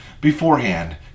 beforehand